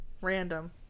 random